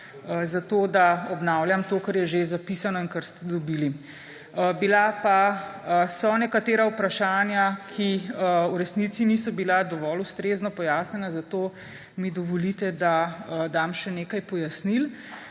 zato da obnavljam to, kar je že zapisano in kar ste dobili. Bila pa so nekatera vprašanja, ki v resnici niso bila dovolj ustrezno pojasnjena, zato mi dovolite, da dam še nekaj pojasnil.